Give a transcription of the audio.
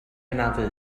hanafu